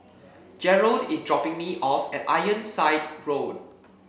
Jerrold is dropping me off at Ironside Road